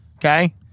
Okay